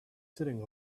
sitting